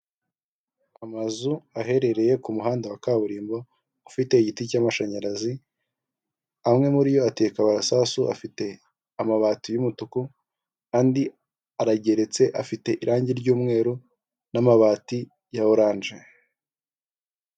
Amazu aherereye ku muhanda wa kaburimbo ufite igiti cy'amashanyarazi, amwe muri yo ateka karabasasa afite amabati y'umutuku, andi arageretse afite irangi ryumweru n'amabati ya oranje.